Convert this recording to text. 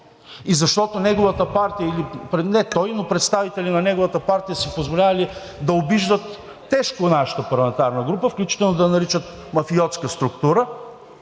– не, представители на неговата партия са си позволявали да обиждат тежко нашата парламентарна група, включително да я наричат мафиотска структура